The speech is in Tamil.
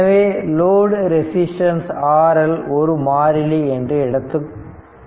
எனவே லோடு ரெசிஸ்டன்ஸ் RL ஒரு மாறிலி என்று எடுத்துக்கொள்வோம்